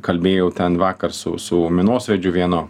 kalbėjau ten vakar su su minosvaidžiu vienu